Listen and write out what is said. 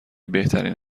بهترین